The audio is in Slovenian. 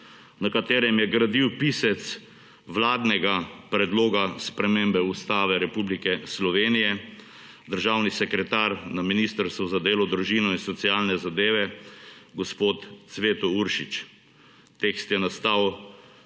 na katerem je gradil pisec vladnega predloga spremembe Ustave Republike Slovenije državni sekretar na Ministrstvu za delo, družino in socialne zadeve gospod Cveto Uršič. Tekst je nastal